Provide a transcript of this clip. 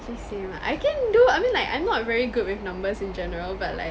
actually I can do I mean like I'm not very good with numbers in general but like